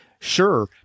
Sure